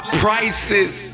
prices